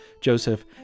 Joseph